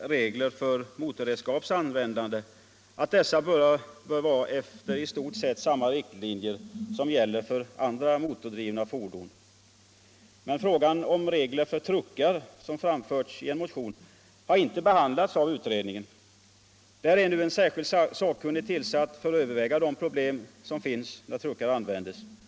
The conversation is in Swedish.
regler för motorredskaps användande bör utformas i stort sett efter samma riktlinjer som gäller för andra motordrivna fordon. Men frågan om regler för truckar, som framförts i en motion, har inte behandlats av utredningen. Det finns nu en särskild sakkunnig tillsatt för att överväga de problem som förekommer när truckar används.